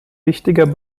wichtiger